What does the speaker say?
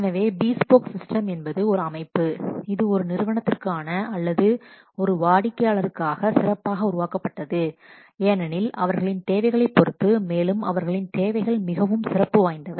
எனவே bespoke system என்பது ஒரு அமைப்பு இது ஒரு நிறுவனத்திற்காக அல்லது ஒரு வாடிக்கையாளருக்காக சிறப்பாக உருவாக்கப்பட்டது ஏனெனில் அவர்களின் தேவைகளைப் பொறுத்து மேலும் அவர்களின் தேவைகள் மிகவும் சிறப்பு வாய்ந்தவை